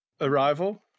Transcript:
arrival